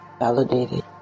validated